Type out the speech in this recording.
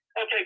Okay